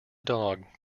dog